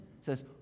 says